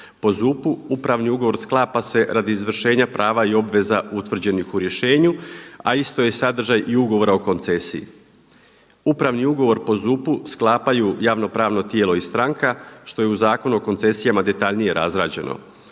Po ZUP-u upravni ugovor sklapa se radi izvršenja prava i obveza utvrđenih u rješenju, a isto je sadržaj ugovora o koncesiji. Upravni ugovor po ZUP-u sklapaju javno pravno tijelo i stranka, što je u Zakonu o koncesijama detaljnije razrađeno.